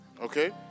okay